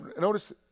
notice